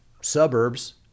suburbs